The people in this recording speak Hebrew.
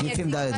כן.